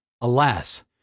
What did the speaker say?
Alas